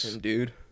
dude